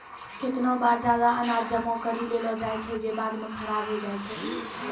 केतना बार जादा अनाज जमा करि लेलो जाय छै जे बाद म खराब होय जाय छै